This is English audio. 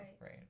right